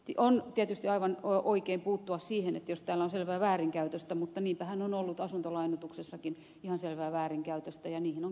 on tietysti aivan oikein puuttua siihen jos täällä on selvää väärinkäytöstä mutta niinpähän on ollut asuntolainoituksessakin ihan selvää väärinkäytöstä ja siihen onkin puututtu